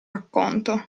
racconto